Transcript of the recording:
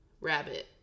rabbit